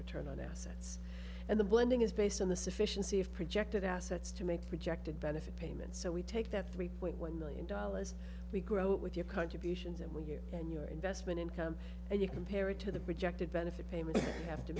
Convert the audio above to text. return on assets and the blending is based on the sufficiency of projected assets to make projected benefit payments so we take that three point one million dollars we grow it with your contributions and when you and your investment income and you compare it to the projected benefit payments have to